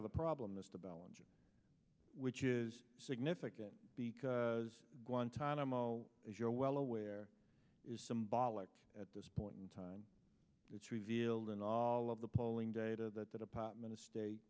of the problem is the balance which is significant because guantanamo as you're well aware is symbolic at this point in time it's revealed in all of the polling data that the department of state